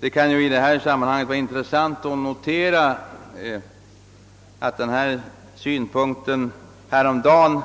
Det kan i detta sammanhang vara intressant att notera att denna synpunkt häromdagen